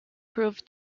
proved